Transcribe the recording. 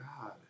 God